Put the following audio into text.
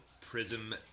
Prism